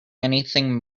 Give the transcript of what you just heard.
anything